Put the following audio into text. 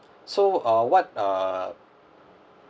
so uh what uh